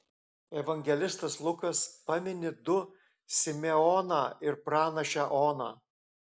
evangelistas lukas pamini du simeoną ir pranašę oną